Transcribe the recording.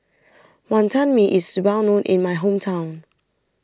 Wonton Mee is well known in my hometown